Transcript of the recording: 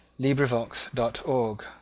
LibriVox.org